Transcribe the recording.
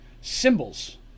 symbols